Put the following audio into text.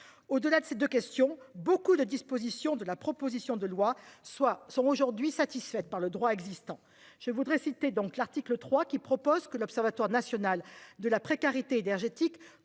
Au-delà de ces 2 questions, beaucoup de dispositions de la proposition de loi soit sont aujourd'hui satisfaites par le droit existant. Je voudrais citer donc l'article 3 qui propose que l'Observatoire national de la précarité énergétique